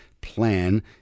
plan